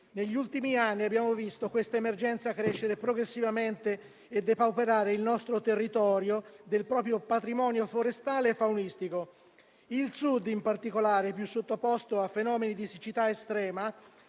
Negli ultimi anni abbiamo visto questa emergenza crescere progressivamente e depauperare il nostro territorio del proprio patrimonio forestale e faunistico. Il Sud in particolare, più sottoposto a fenomeni di siccità estrema,